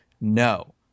No